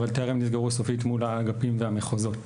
אבל טרם נסגרו סופית מול האגפים והמחוזות.